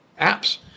apps